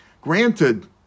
Granted